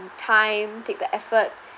time take the effort